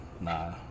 Nah